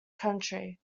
county